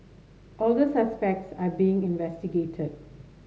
all the suspects are being investigated